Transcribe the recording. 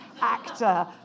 actor